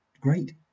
great